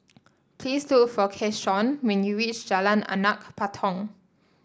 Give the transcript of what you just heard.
please look for Keshaun when you reach Jalan Anak Patong